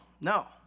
No